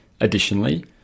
Additionally